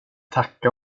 tacka